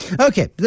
Okay